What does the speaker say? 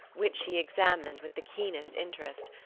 which she examined with the keenest interest,